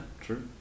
true